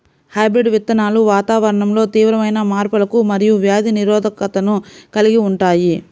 hybrid విత్తనాలు వాతావరణంలో తీవ్రమైన మార్పులకు మరియు వ్యాధి నిరోధకతను కలిగి ఉంటాయి